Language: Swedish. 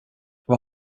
vad